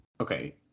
Okay